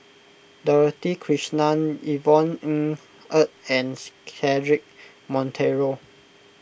Dorothy Krishnan Yvonne Ng Uhde and Cedric Monteiro